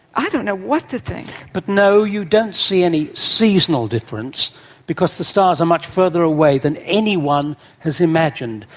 i don't know what to think. but no, you don't see any seasonal difference because the stars are much further away than anyone has imagined.